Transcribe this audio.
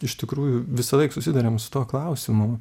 iš tikrųjų visąlaik susiduriam su tuo klausimu